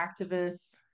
activists